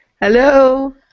Hello